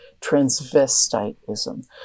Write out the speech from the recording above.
transvestitism